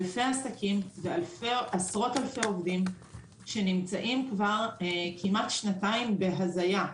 אלפי עסקים ועשרות אלפי עובדים שנמצאים כבר כמעט שנתיים בהזיה.